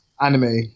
anime